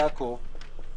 יעקב,